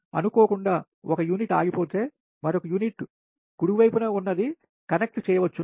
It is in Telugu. అనుకోకుండా 1 యూనిట్ ఆగిపోతే మరొక యూనిట్ కుడి వైపున్నది కనెక్ట చేయవచ్చును